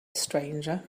stranger